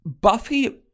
Buffy